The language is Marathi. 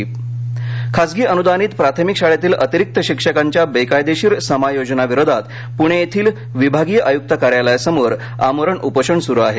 उपोषण खाजगी अनुदानित प्राथमिक शाळेतील अतिरिक्त शिक्षकांच्या बेकायदेशीर समायोजनाविरोधात पुणे येथील विभागीय आयुक्त कार्यालयासमोर आमरण उपोषण सुरु आहे